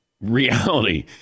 reality